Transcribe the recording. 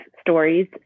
stories